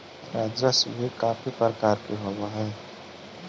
राजस्व भी काफी प्रकार के होवअ हई